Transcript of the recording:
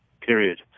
period